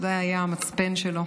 זה היה המצפן שלו.